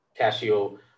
Casio